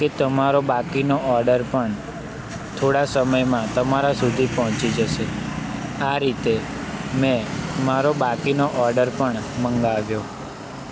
કે તમારો બાકીનો ઓર્ડર પણ થોડા સમયમાં તમારા સુધી પહોંચી જશે આ રીતે મેં મારો બાકીનો ઓર્ડર પણ મંગાવ્યો